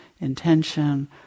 intention